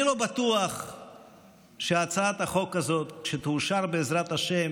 אני לא בטוח שהצעת החוק הזאת, כשתאושר בעזרת השם